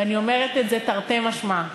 ואני אומרת את זה תרתי משמע.